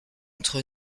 entre